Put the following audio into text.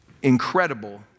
Incredible